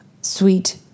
sweet